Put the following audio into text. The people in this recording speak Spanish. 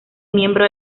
miembro